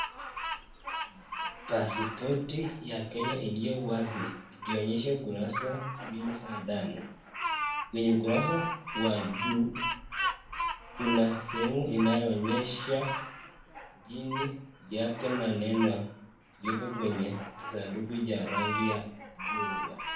Paspoti ya kenya iliyowazi ikionyesha ukurasa mbili za ndani kwenye ukurasa wa juu kuna sehemu inayoonyesha jina yake na neno liko kwenye kisanduku cha rangi ya chungwa.